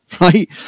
right